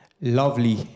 lovely